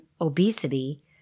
obesity